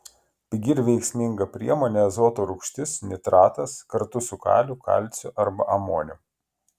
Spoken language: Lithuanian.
pigi ir veiksminga priemonė azoto rūgštis nitratas kartu su kaliu kalciu arba amoniu